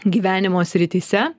gyvenimo srityse